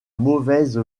mauvaise